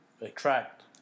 attract